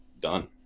done